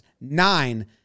Nine